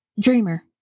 Dreamer